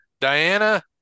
Diana